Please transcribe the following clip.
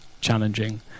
challenging